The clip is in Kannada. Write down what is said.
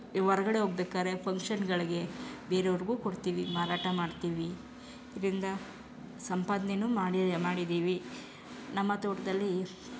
ಹೊರ್ಗಡೆ ಹೋಗ್ಬೇಕಾದ್ರೆ ಫಂಕ್ಷನ್ಗಳಿಗೆ ಬೇರೆಯವ್ರಿಗೂ ಕೊಡ್ತೀವಿ ಮಾರಾಟ ಮಾಡ್ತೀವಿ ಇದರಿಂದ ಸಂಪಾದನೆನು ಮಾಡಿ ಮಾಡಿದ್ದೀವಿ ನಮ್ಮ ತೋಟದಲ್ಲಿ